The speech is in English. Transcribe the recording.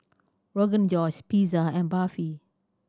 Rogan Josh Pizza and Barfi